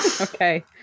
Okay